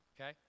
okay